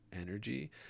energy